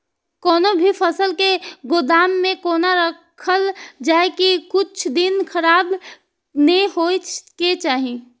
कोनो भी फसल के गोदाम में कोना राखल जाय की कुछ दिन खराब ने होय के चाही?